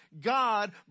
God